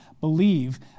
believe